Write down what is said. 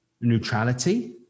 neutrality